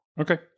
Okay